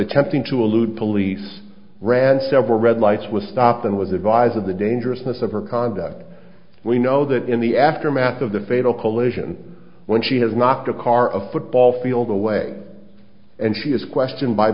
attempting to elude police ran several red lights was stopped and was advised of the dangerousness of her conduct we know that in the aftermath of the fatal collision when she has knocked a car a football field away and she is question